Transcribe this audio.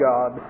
God